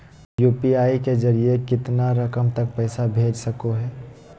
UPI के जरिए कितना रकम तक पैसा भेज सको है?